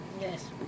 Yes